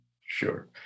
Sure